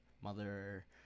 mother